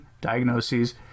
diagnoses